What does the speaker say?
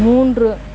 மூன்று